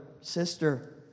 sister